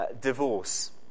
divorce